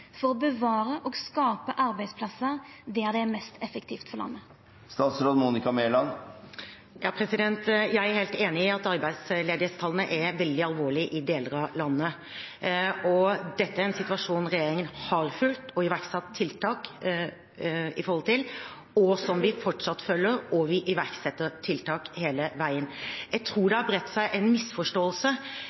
for å bevara og skapa arbeidsplassar der det er mest effektivt for landet? Jeg er helt enig i at arbeidsledighetstallene er veldig alvorlige i deler av landet. Dette er en situasjon regjeringen har fulgt og iverksatt tiltak i forhold til, og som vi fortsatt følger, og vi iverksetter tiltak hele veien. Jeg tror det har bredt seg en misforståelse